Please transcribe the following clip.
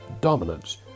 dominance